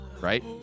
right